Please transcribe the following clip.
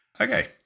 Okay